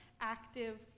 active